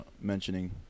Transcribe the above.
mentioning